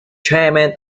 chairman